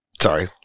Sorry